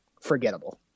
forgettable